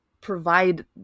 provide